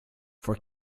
for